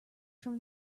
from